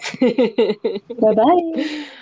Bye-bye